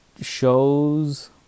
shows